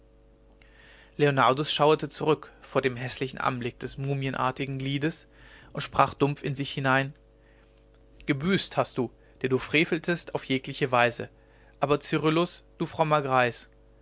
leonardus schauerte zurück vor dem häßlichen anblick des mumienartigen gliedes und sprach dumpf in sich hinein gebüßt hast du der du freveltest auf jedigliche weise aber cyrillus du frommer greis